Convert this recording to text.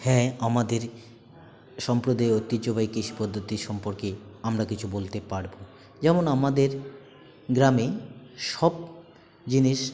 হ্যাঁ আমাদের সম্পদের ঐতিহ্যবাহী কৃষিপদ্ধতি সম্পর্কে আমরা কিছু বলতে পারব যেমন আমাদের গ্রামে সব জিনিস